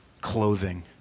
clothing